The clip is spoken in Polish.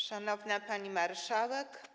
Szanowna Pani Marszałek!